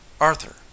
arthur